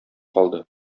калды